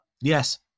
Yes